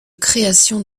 création